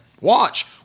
watch